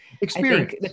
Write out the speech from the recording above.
experience